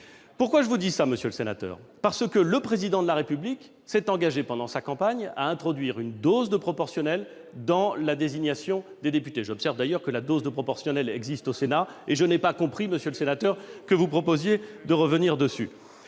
Si je vous dis cela, monsieur le sénateur, c'est parce que le Président de la République s'est engagé pendant sa campagne à introduire une dose de proportionnelle dans la désignation des députés. Je relève d'ailleurs que la dose de proportionnelle existe au Sénat, et je n'ai pas compris que vous proposiez de revenir sur